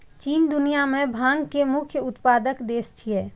चीन दुनिया मे भांग के मुख्य उत्पादक देश छियै